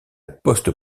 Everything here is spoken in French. post